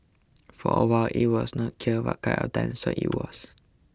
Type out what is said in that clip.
for a while it was not clear what kind of so it was